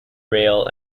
rail